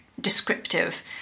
descriptive